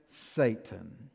Satan